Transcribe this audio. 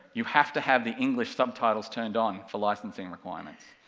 you have to have the english subtitles turned on for licensing requirements.